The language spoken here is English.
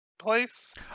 place